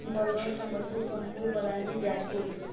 Bargarh Sambalpur Sonepur Balangir Jajpur